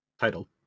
title